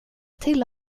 till